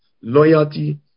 loyalty